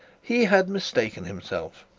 he had mistaken himself,